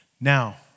Now